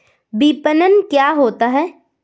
विपणन क्या होता है?